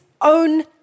own